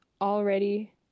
already